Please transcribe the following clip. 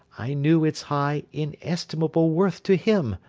i knew its high, inestimable worth to him,